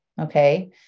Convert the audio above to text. Okay